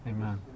Amen